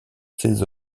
ces